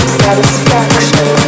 satisfaction